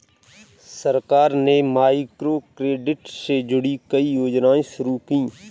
सरकार ने माइक्रोक्रेडिट से जुड़ी कई योजनाएं शुरू की